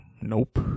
nope